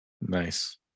Nice